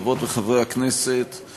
חברות וחברי הכנסת,